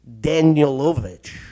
Danielovich